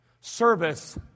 service